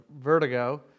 vertigo